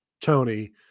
Tony